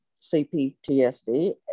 CPTSD